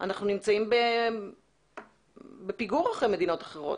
אנחנו בפיגור אחרי מדינות אחרות.